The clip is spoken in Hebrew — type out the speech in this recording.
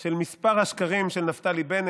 של מספר השקרים של נפתלי בנט.